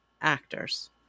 actors